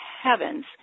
heavens